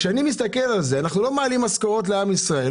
הבעיה היא שאנחנו לא מעלים משכורות לעם ישראל,